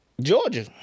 Georgia